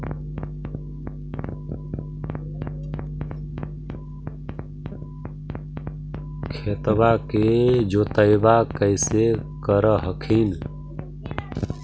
खेतबा के जोतय्बा कैसे कर हखिन?